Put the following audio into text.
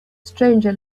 stranger